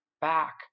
back